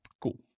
Cool